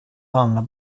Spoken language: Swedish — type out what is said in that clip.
handlar